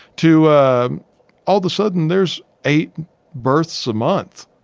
to ah all the sudden there's eight births a month.